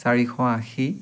চাৰিশ আশী